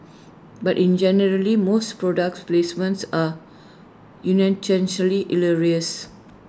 but in generally most product placements are union hilarious